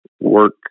work